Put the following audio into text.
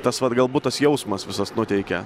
tas vat galbūt tas jausmas visas nuteikia